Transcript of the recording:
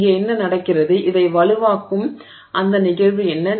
இங்கே என்ன நடக்கிறது இதை வலுவாக்கும் அந்த நிகழ்வு என்ன